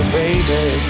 baby